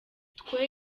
twe